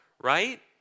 right